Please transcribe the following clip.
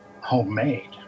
Homemade